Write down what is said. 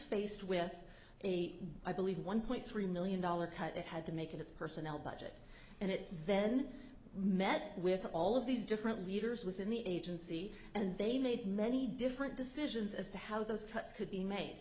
faced with i believe one point three million dollars cut it had to make its personnel budget and it then met with all of these different leaders within the agency and they made many different decisions as to how those cuts could be made